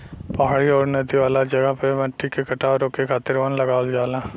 पहाड़ी आउर नदी वाला जगह पे मट्टी के कटाव रोके खातिर वन लगावल जाला